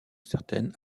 certaines